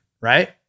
right